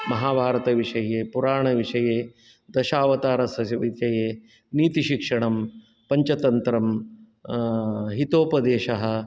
महाभारत विषये पुराणविषये दशावतारस्य विषये नीतिशिक्षणं पञ्चतन्त्रं हितोपदेश